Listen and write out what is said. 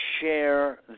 share